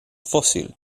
fósil